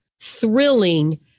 thrilling